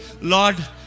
Lord